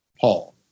Paul